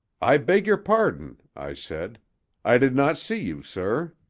i beg your pardon, i said i did not see you, sir.